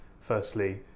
firstly